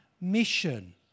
mission